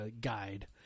guide